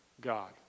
God